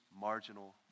marginal